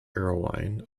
erlewine